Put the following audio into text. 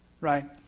right